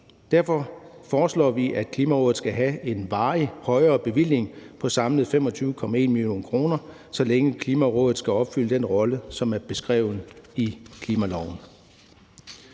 Derfor foreslår vi, at Klimarådet skal have en varig højere bevilling på samlet 25,1 mio. kr., så længe Klimarådet skal opfylde den rolle, som er beskrevet i klimaloven.